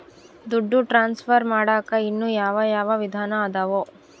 ದುಡ್ಡು ಟ್ರಾನ್ಸ್ಫರ್ ಮಾಡಾಕ ಇನ್ನೂ ಯಾವ ಯಾವ ವಿಧಾನ ಅದವು?